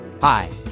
Hi